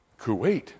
Kuwait